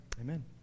Amen